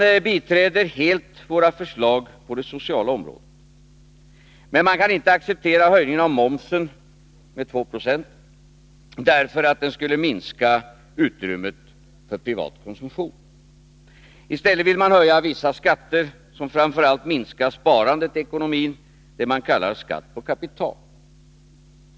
Man biträder helt våra förslag på det sociala området, men man kan inte karensdagar, acceptera höjningen av momsen med 2 96 därför att den skulle minska — m.m. utrymmet för privat konsumtion. I stället vill man höja vissa skatter som framför allt minskar sparandet i ekonomin, det man kallar skatt på kapital.